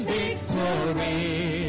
victory